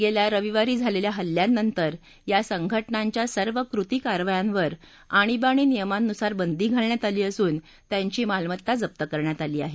गेल्या रविवारी झालेल्या हल्ल्यांनंतर या संघटनांच्या सर्व कृती कारवायांवर आणीबाणी नियमांनुसार बंदी घालण्यात आली असून त्यांची मालमत्ता जप्त करण्यात आली आहे